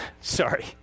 sorry